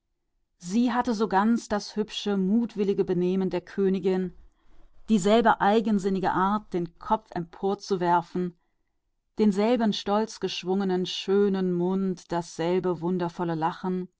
sie hatte all den zierlichen übermut der königin in ihrem benehmen dieselbe eigensinnige art den kopf zu werfen denselben stolzen geschwungenen schönen mund dasselbe wundervolle lächeln